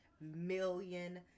million